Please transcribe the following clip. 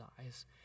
eyes